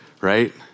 right